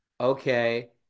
okay